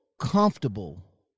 comfortable